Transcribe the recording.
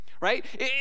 Right